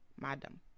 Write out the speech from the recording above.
Madam